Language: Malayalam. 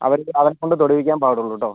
അവരെ അവരെകൊണ്ടു തൊടുവിക്കാൻ പാടുള്ളൂ കേട്ടോ